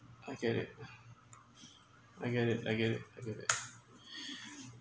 I get it I get it I get it I get it